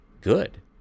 Good